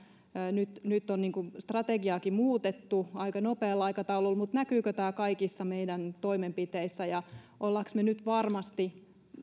nyt nyt on strategiaakin muutettu aika nopealla aikataululla mutta näkyykö tämä kaikissa meidän toimenpiteissämme ja olemmeko me nyt varmasti